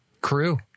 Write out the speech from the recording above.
crew